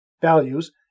values